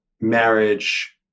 marriage